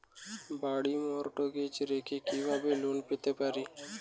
বাড়ি মর্টগেজ রেখে কিভাবে লোন পেতে পারি?